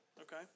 Okay